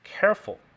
careful